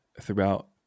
throughout